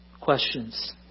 questions